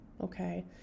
Okay